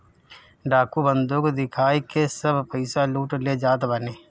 डाकू बंदूक दिखाई के सब पईसा लूट ले जात बाने